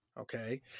Okay